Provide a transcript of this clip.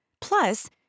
Plus